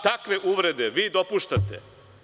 Takve uvrede vi dopuštate.